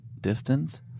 distance